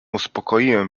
uspokoiłem